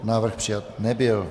Návrh přijat nebyl.